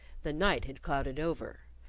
the night had clouded over.